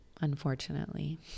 unfortunately